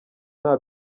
nta